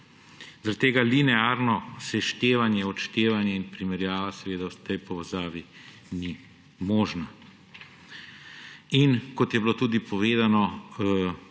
Zaradi tega linearno seštevanje, odštevanje in primerjava seveda v tej povezavi niso možni. Kot je bilo tudi povedano,